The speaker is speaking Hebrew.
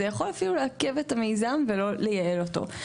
יכול אפילו לעכב את המיזם ולא לייעל אותו.